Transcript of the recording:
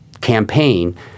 campaign